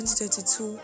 2022